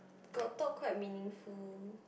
got talk quite meaningful